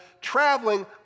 traveling